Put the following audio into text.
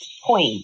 point